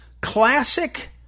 classic